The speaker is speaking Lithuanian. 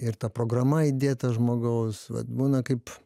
ir ta programa įdėta žmogaus vat būna kaip